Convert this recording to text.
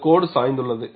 இந்த கோடு சாய்ந்துள்ளது